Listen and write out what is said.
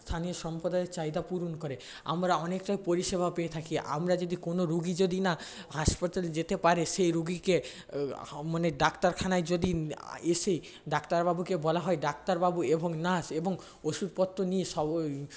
স্থানীয় সম্প্রদায়ের চাহিদা পূরণ করে আমরা অনেকটাই পরিষেবা পেয়ে থাকি আমরা যদি কোন রুগী যদি না হাসপাতালে যেতে পারে সেই রোগীকে মানে ডাক্তারখানায় যদি এসে ডাক্তারবাবুকে বলা হয় ডাক্তারবাবু এবং নার্স এবং ওষুধপত্র নিয়ে সব